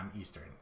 Eastern